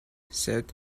said